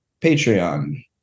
Patreon